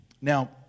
Now